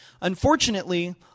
Unfortunately